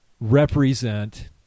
represent